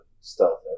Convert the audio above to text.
stealth